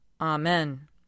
Amen